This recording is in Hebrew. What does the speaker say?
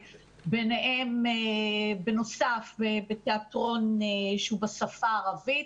ביניהם בתיאטרון שהוא בשפה הערבית,